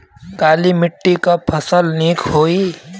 काली मिट्टी क फसल नीक होई?